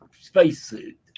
spacesuit